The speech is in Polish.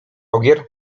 ogier